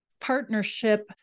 partnership